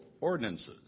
ordinances